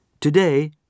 Today